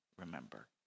remember